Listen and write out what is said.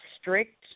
strict